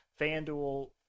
FanDuel